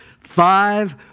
five